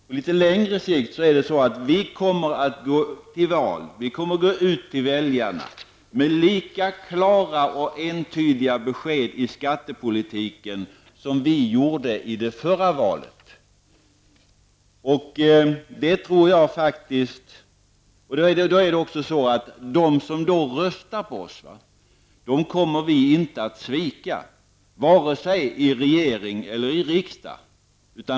På litet längre sikt är det så att vi kommer att gå till val, vi kommer att gå ut till väljarna med lika klara och entydiga besked i skattepolitiken som vi gjorde i det förra valet. Vi kommer inte att svika dem som då röstar på oss, varken i regering eller riksdag.